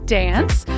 dance